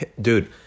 Dude